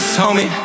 homie